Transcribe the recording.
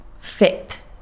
fit